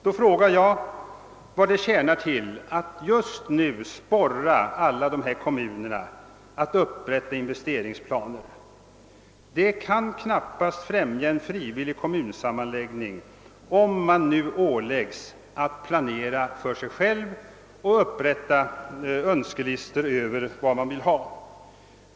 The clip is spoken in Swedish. Då frågar jag vad det tjänar till att just nu sporra alla kommuner att upprätta investeringsplaner. En frivillig kommunsammanläggning kan knappast främjas av att kommunerna nu åläggs att planera för sig själva och upprätta önskelistor.